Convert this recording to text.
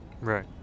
Right